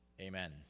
Amen